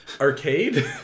arcade